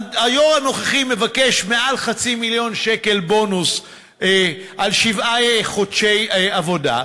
היו"ר הנוכחי מבקש מעל חצי מיליון שקל בונוס על שבעה חודשי עבודה,